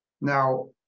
Now